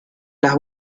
las